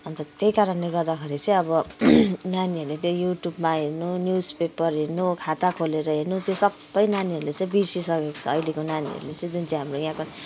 अन्त त्यही कारणले गर्दाखेरि चाहिँ अब नानीहरूले त्यो युट्युबमा हेर्नु न्युजपेपर हेर्नु खाता खोलेर हेर्नु त्यो सबै नानीहरूले चाहिँ बिर्सिसकेको छ अहिलेको नानीहरूले चाहिँ जुन चाहिँ हाम्रो यहाँको